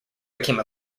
became